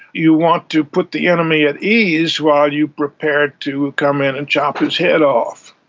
you want to put the enemy at ease while you prepare to come in and chop his head off.